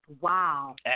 Wow